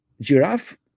giraffe